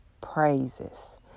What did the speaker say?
praises